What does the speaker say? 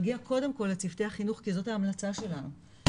מגיע קודם כל לצוותי החינוך כי זאת ההמלצה שלנו,